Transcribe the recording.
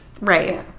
Right